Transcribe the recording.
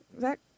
Zach